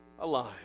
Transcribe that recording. alive